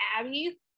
Abby